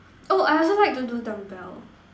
oh I also like to do dumbbell